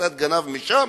קצת גנב משם.